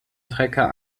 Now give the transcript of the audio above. trecker